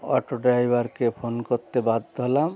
auto ড্রাইভারকে phone করতে বাধ্য হলাম